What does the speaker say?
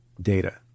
data